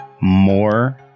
more